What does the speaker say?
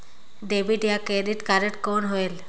Debit या credit card कौन होएल?